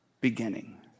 beginning